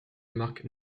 marque